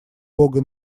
бога